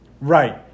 Right